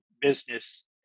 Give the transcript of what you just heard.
business